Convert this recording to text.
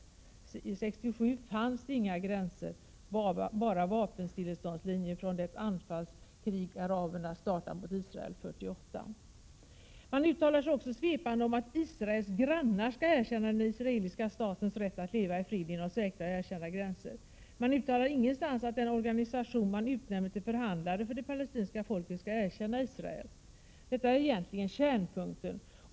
År 1967 fanns det inga gränser, bara vapenstilleståndslinjer från det anfallskrig som araberna startade mot Israel 1948. I betänkandet uttalar man sig också svepande om att Israels grannar skall erkänna den israeliska statens rätt att leva i fred inom säkra och erkända gränser. Man uttalar ingenstans att den organisation man utnämner till förhandlare för det palestinska folket skall erkänna Israel. Detta är egentligen kärnpunkten.